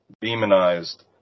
demonized